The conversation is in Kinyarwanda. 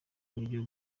buryo